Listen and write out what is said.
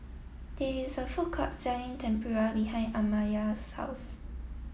there is a food court selling Tempura behind Amaya's house